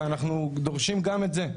ואנחנו דורשים גם את זה.